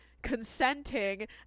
Consenting